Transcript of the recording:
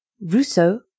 Rousseau